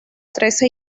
trece